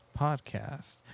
podcast